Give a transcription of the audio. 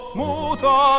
muta